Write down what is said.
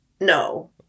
No